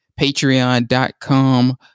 Patreon.com